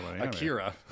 Akira